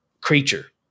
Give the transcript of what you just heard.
creature